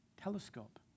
telescope